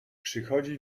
przychodzi